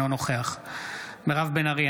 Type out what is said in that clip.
אינו נוכח מירב בן ארי,